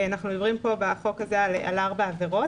אנחנו מדברים בחוק הזה על ארבע עבירות.